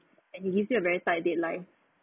and he gives you a very tight deadline